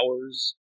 hours